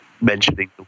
mentioning